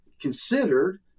considered